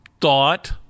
thought